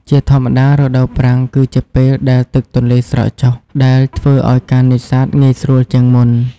ជាធម្មតា រដូវប្រាំងគឺជាពេលដែលទឹកទន្លេស្រកចុះ ដែលធ្វើឱ្យការនេសាទងាយស្រួលជាងមុន។